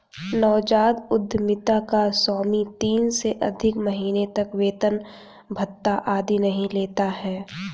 नवजात उधमिता का स्वामी तीन से अधिक महीने तक वेतन भत्ता आदि नहीं लेता है